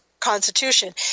constitution